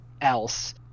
else